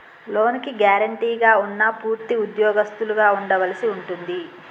లోనుకి గ్యారెంటీగా ఉన్నా పూర్తి ఉద్యోగస్తులుగా ఉండవలసి ఉంటుంది